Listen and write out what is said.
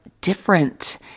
different